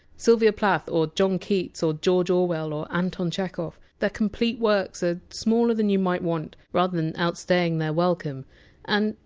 sylvia plath, or john keats, or george orwell, or anton chekhov their complete works are smaller than you might want, rather than outstaying their welcome and,